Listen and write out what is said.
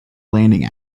landing